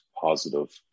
positive